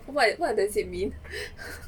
what what does it mean